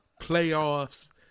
playoffs